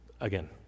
Again